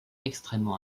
extrêmement